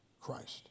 Christ